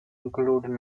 glued